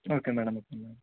okay madam okay madam